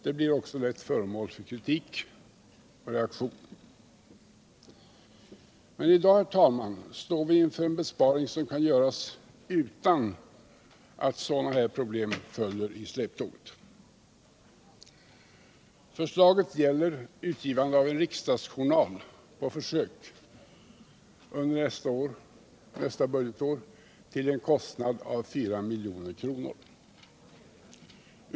Det blir också lätt föremål för kritik och reaktion. Men i dag, herr talman, står vi inför en besparing som kan göras utan att sådana här problem följer i släptåget. Förslaget gäller utgivande av en riksdagsjournal på försök under nästa budgetår till en kostnad av 4 milj.kr.